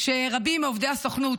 שרבים מעובדי הסוכנות,